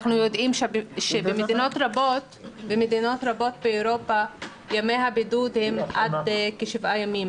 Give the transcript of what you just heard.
אנחנו יודעים שבמדינות רבות באירופה ימי הבידוד הם עד כשבעה ימים,